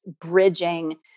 bridging